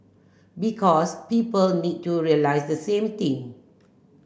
because people need to realise the same thing